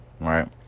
Right